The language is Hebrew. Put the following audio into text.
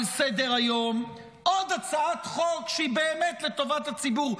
על סדר-היום עוד הצעת חוק שהיא באמת לטובת הציבור,